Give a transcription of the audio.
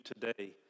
today